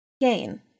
gain